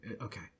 okay